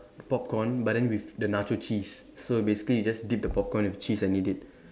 popcorn but then with the nacho cheese so basically you just dip the popcorn with cheese and eat it